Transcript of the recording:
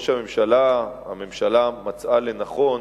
הממשלה מצאה לנכון,